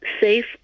safe